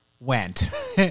went